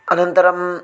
अनन्तरं